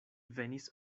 venis